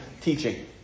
teaching